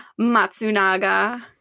Matsunaga